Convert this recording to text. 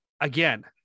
again